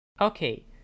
Okay